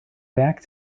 back